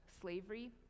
slavery